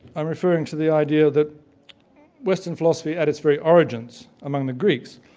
i'm referring to the idea that western philosophy at its very origins, among the greeks,